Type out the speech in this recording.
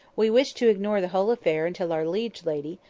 we wished to ignore the whole affair until our liege lady,